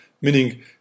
meaning